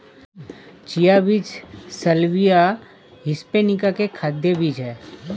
chia बीज salvia hispanica के खाद्य बीज हैं